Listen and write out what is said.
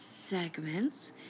segments